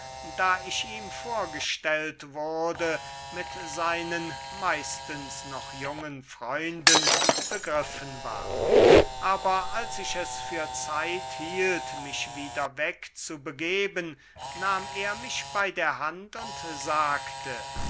da ich ihm vorgestellt wurde mit seinen meistens noch jungen freunden begriffen war aber als ich es für zeit hielt mich wieder wegzubegeben nahm er mich bey der hand und sagte